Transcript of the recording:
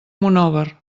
monòver